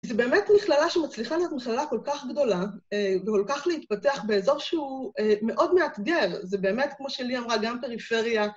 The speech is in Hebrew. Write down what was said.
זו באמת מכללה שמצליחה להיות מכללה כל כך גדולה, וכל כך להתפתח באזור שהוא מאוד מאתגר, זה באמת, כמו שלי אמרה, גם פריפריה.